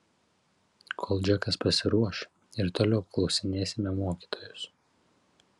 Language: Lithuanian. kol džekas pasiruoš ir toliau apklausinėsime mokytojus